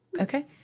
Okay